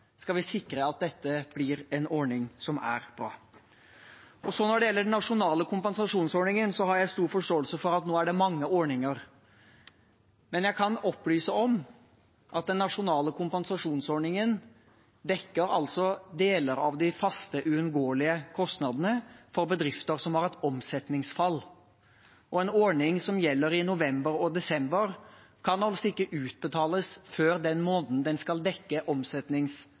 Når det gjelder den nasjonale kompensasjonsordningen, har jeg stor forståelse for at det nå er mange ordninger, men jeg kan opplyse om at den nasjonale kompensasjonsordningen dekker deler av de faste, uunngåelige kostnadene for bedrifter som har hatt omsetningsfall. En ordning som gjelder i november og desember, kan altså ikke utbetales før den måneden den skal dekke